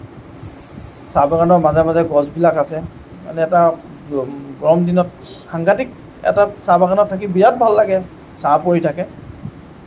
চাহ বাগানৰ মাজে মাজে গছবিলাক আছে মানে এটা গৰম দিনত সাংঘাটিক এটা চাহ বাগানত থাকি বিৰাট ভাল লাগে ছাঁ পৰি থাকে